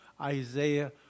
Isaiah